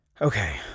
Okay